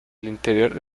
interior